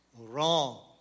wrong